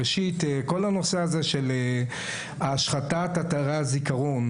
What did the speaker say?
ראשית, כל הנושא הזה של השחתת אתרי הזיכרון,